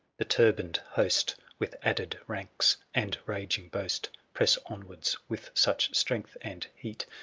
the turbaned host. with added ranks and raging boast. press onwards with such strength and heat,